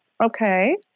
Okay